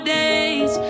days